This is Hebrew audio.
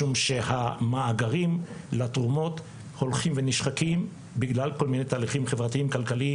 אני לא חושב שמצויינות והנגשה נמצאים בניגוד אחד לשני.